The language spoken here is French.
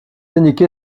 indiqué